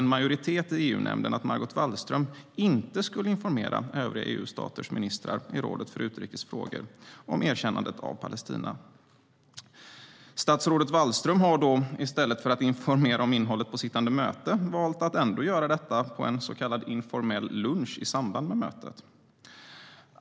En majoritet i EU-nämnden uttalade alltså att Margot Wallström inte skulle informera övriga EU-staters ministrar i rådet för utrikes frågor om erkännandet av Palestina. Statsrådet Wallström har då, i stället för att informera om innehållet vid sittande möte, valt att ändå göra detta på en så kallad informell lunch i samband med mötet.